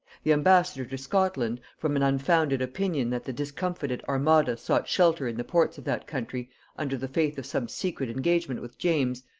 the ambassador to scotland, from an unfounded opinion that the discomfited armada sought shelter in the ports of that country under the faith of some secret engagement with james,